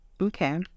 Okay